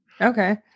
Okay